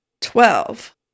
Twelve